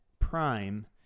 Prime